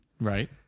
Right